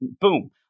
boom